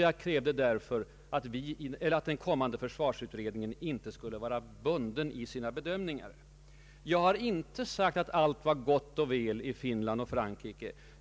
Jag krävde därför att den kommande försvarsutredningen inte skulle vara bunden i sina bedömningar. Jag har inte sagt att allt ”är gott och väl” i Finland och Frankrike.